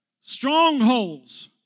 Strongholds